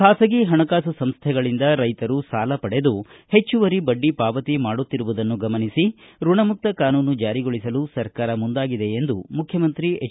ಖಾಸಗಿ ಹಣಕಾಸು ಸಂಸ್ಥೆಗಳಿಂದ ರೈತರು ಸಾಲ ಪಡೆದು ಹೆಚ್ಚುವರಿ ಬಡ್ಡಿ ಪಾವತಿ ಮಾಡುತ್ತಿರುವುದನ್ನು ಗಮನಿಸಿ ಋಣಮುಕ್ತ ಕಾನೂನು ಜಾರಿಗೊಳಿಸಲು ಸರ್ಕಾರ ಮುಂದಾಗಿದೆ ಎಂದು ಮುಖ್ಯಮಂತ್ರಿ ಎಚ್